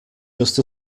just